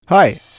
Hi